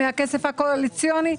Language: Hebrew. מהכסף הקואליציוני,